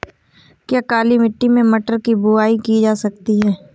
क्या काली मिट्टी में मटर की बुआई की जा सकती है?